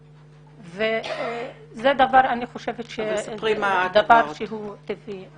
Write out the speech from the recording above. למיניהן, דבר שאני חושבת שהוא טבעי.